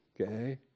Okay